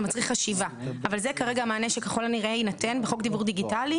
מצריך חשיבה אבל זה כרגע המענה שככל הנראה יינתן בחוק דיוור דיגיטלי